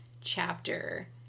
chapter